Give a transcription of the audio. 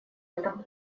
этом